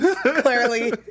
clearly